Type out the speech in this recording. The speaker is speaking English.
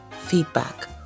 feedback